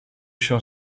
się